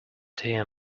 dear